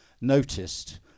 noticed